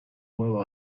well